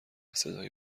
صدای